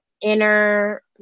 inner